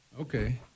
Okay